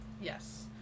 Yes